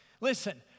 Listen